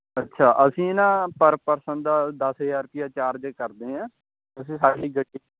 ਅੱਛਾ ਅਸੀਂ ਨਾ ਪਰ ਪਰਸਨ ਦਾ ਦਸ ਹਜ਼ਾਰ ਰੁਪਈਆ ਚਾਰਜ ਕਰਦੇ ਹਾਂ ਤੁਸੀਂ ਸਾਡੀ ਗੱਡੀ